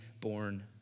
born